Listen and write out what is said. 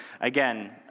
again